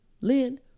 Lynn